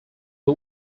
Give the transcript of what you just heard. who